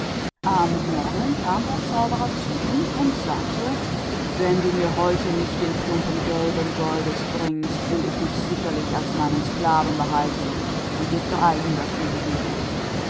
am andern morgen kam der zauberer wieder zu ihm und sagte wenn du mir heute nicht das stück gelben goldes bringst werde ich dich wahrlich als meinen sklaven behalten und dir dreihundert schläge geben